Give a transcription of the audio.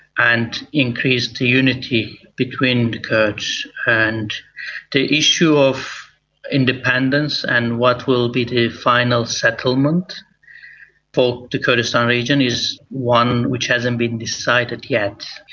and increased the unity between the kurds. and the issue of independence and what will be the final settlement for the kurdistan region is one which hasn't been decided yet.